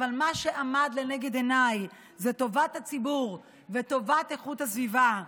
אבל מה שעמד לנגד עיניי זה טובת הציבור וטובת איכות הסביבה.